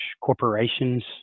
corporations